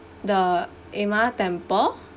the A ma temple